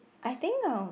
I think uh